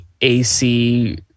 AC